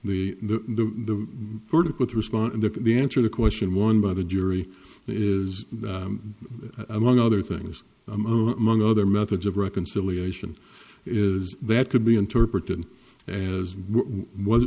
verdict with respond to the answer to question one by the jury is among other things a moment among other methods of reconciliation is that could be interpreted as what